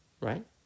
Right